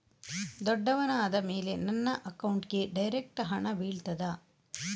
ದೊಡ್ಡವನಾದ ಮೇಲೆ ನನ್ನ ಅಕೌಂಟ್ಗೆ ಡೈರೆಕ್ಟ್ ಹಣ ಬೀಳ್ತದಾ?